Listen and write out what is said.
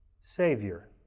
Savior